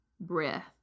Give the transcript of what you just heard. breath